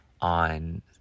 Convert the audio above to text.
on